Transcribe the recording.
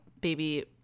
baby